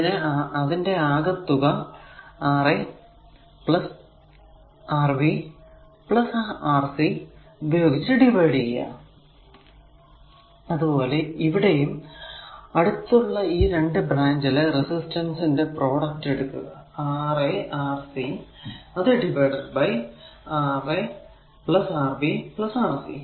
അതിനെ ഈ ആകെ തുക Ra Rb Rcഉപയോഗിച്ച് ഡിവൈഡ് ചെയ്ക്കാം അത് പോലെ ഇവിടെയും അടുത്തുള്ള ഈ 2 ബ്രാഞ്ചിലെ റെസിസ്റ്റൻസ് ന്റെ പ്രോഡക്റ്റ് എടുക്കുക Ra Rc അത് divided by Ra Rb Rc